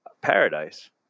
paradise